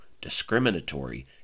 discriminatory